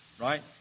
right